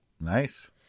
Nice